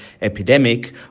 epidemic